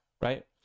right